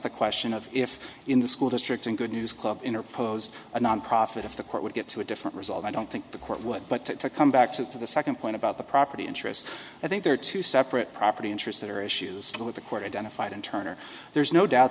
the question of if in the school district and good news club interposed a nonprofit if the court would get to a different result i don't think the court would but to come back to the second point about the property interest i think there are two separate property interest there are issues that the court identified and turner there's no doubt